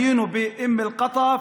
היינו באום אל-קטף,